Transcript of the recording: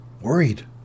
worried